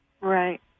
Right